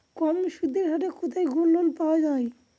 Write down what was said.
কম সুদের হারে কোথায় গোল্ডলোন পাওয়া য়ায়?